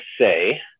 say